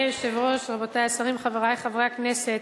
אדוני היושב-ראש, רבותי השרים, חברי חברי הכנסת,